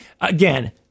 again